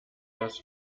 das